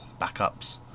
backups